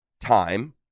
time